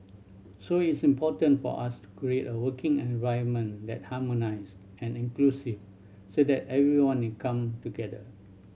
so it's important for us to create a working environment that harmonised and inclusive so that everyone will come together